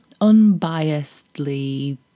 unbiasedly